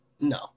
No